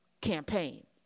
campaign